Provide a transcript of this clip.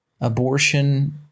Abortion